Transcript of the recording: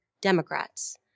Democrats